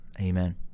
Amen